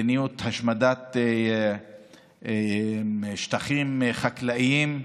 מדיניות השמדת שטחים חקלאיים,